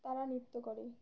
তারা নৃত্য করে